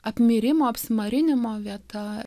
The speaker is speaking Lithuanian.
apmirimo apsimarinimo vieta